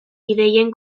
ideien